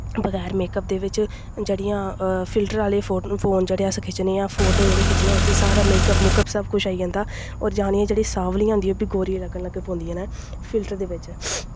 बगैर मेकअप दे बिच्च जेह्ड़ियां फिल्टर आह्ले फो फोन जेह्ड़े अस खिच्चने आं फोटो जेह्ड़े खिच्चने आं उत्त च सारा मेकअप मूकअप सब किश आई जंदा होर जनानियां जेह्कियां सांवलियां होंदियां ओह् बी गोरियां लग्गन लगी पौंदियां न फिल्टर दे बिच्च